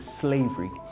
slavery